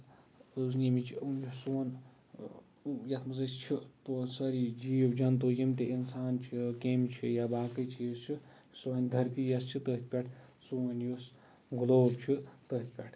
ییٚمِچ یُس سون یَتھ منٛز أسۍ چھِ سٲری جیٖو جنتو یِم تہِ اِنسان چھِ کیٚمۍ چھِ یا باقٕے چیٖز چھِ سٲنۍ درتی یۄس چھِ تٔتھۍ پٮ۪ٹھ سون یُس گٔلوب چھُ تٔتھۍ پٮ۪ٹھ